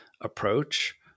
approach